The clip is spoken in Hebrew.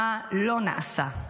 מה לא נעשה.